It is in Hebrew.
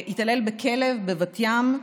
מתעלל בכלב בבת ים.